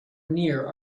near